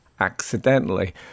accidentally